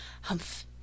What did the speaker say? humph